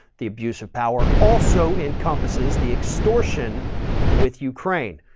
the abuse of power also encompasses the extortion with ukraine,